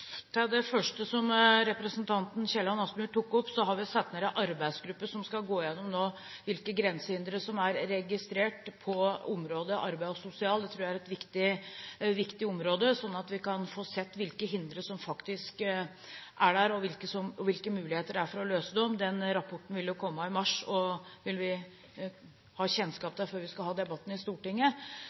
Til det første som representanten Kielland Asmyhr tok opp: Vi har satt ned en arbeidsgruppe som nå skal gå gjennom hvilke grensehindre som er registrert på arbeids- og sosialområdet – det tror jeg er et viktig område – så vi kan få se hvilke hindre som faktisk er der, og hvilke muligheter det er for å løse dem. Den rapporten vil komme i mars, og den vil vi ha kjennskap til før vi skal ha debatten i Stortinget.